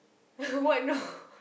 what no